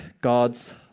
God's